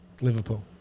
Liverpool